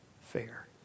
fair